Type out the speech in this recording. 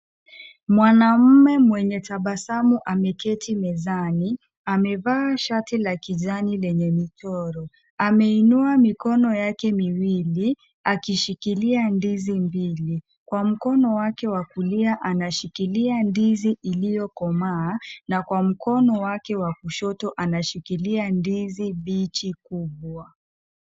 Mwanaume mwenye tabasamu ameketi mezani, amevaa shati la kijani lenye michoro, ameinua mikono yake miwili, akishikilia ndizi mbili. Kwa mkono wake wa kulia anashikilia ndizi iliyoikomaa na kwa mkono wake wa kushoto anashikilia ndizi mbichi kubwa.